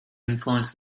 influenced